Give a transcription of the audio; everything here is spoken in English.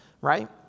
right